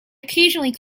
occasionally